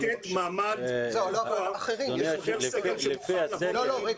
החסמים הם לתת מעמד קבוע לחבר סגל שמוכן לבוא ללמד